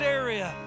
area